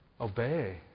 Obey